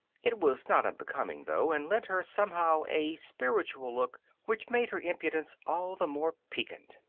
it was not unbecoming, though, and lent her, somehow, a spiritual look which made her impudence all the more piquant.